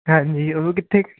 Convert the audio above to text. ਹਾਂਜੀ ਉਹ ਵੀ ਕਿੱਥੇ